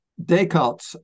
Descartes